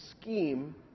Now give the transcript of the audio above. scheme